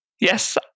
Yes